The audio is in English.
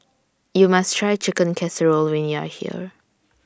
YOU must Try Chicken Casserole when YOU Are here